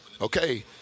okay